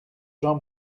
jean